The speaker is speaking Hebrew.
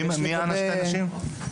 מיהן הנשים?